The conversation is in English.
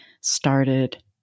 started